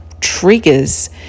triggers